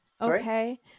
Okay